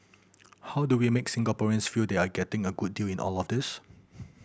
how do we make Singaporeans feel they are getting a good deal in all of this